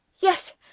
Yes